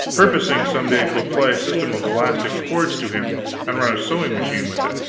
purposing some day to apply a system of elastic cords to him and run a sewing machine with it.